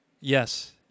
Yes